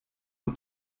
aux